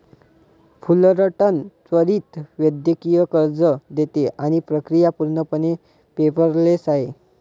Fullerton त्वरित वैयक्तिक कर्ज देते आणि प्रक्रिया पूर्णपणे पेपरलेस आहे